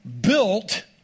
built